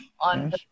on